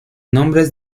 nombre